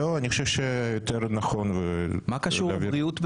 מה קשור בריאות לזה?